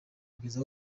kugeza